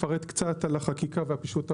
אפרט על החקיקה ופישוט הרגולציה.